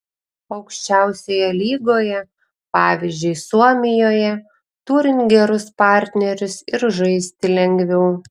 aukščiausioje lygoje pavyzdžiui suomijoje turint gerus partnerius ir žaisti lengviau